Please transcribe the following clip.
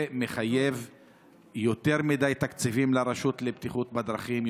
זה מחייב יותר תקציבים לרשות לבטיחות בדרכים,